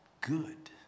good